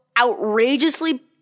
outrageously